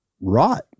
rot